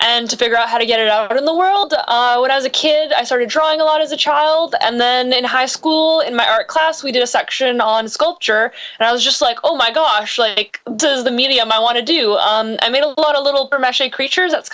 and to figure out how to get it out in the world when i was a kid i started drawing a lot as a child and then in high school in my art class we did a section on sculpture and i was just like oh my gosh like the medium i want to do i made a lot of little creatures that's